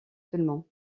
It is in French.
seulement